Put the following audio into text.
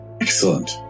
Excellent